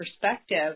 perspective